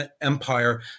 empire